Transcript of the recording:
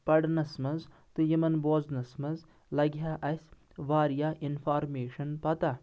پرنس منٛز تہٕ یِمن بوزنس منٛز لاگہِ ہا اسہِ واریاہ انفارمیشن پتہ